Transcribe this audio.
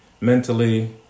mentally